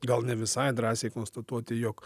gal ne visai drąsiai konstatuoti jog